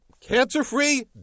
cancer-free